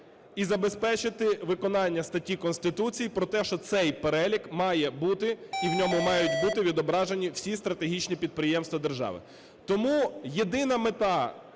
і забезпечити виконання статті Конституції про те, що цей перелік має бути, і в ньому мають бути відображені всі стратегічні підприємства держави. Тому єдина мета